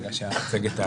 נחכה רגע שהמצגת תעלה.